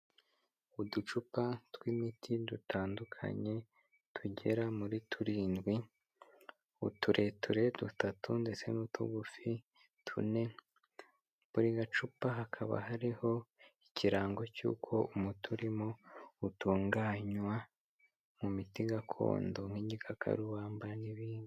Uducupa tw'imiti dutandukanye tugera muri turindwi; utureture dutatu ndetse n'utugufi tune, buri gacupa hakaba hariho ikirango cy'uko umuti urimo utunganywa mu miti gakondo n'igikakarubamba n'ibindi.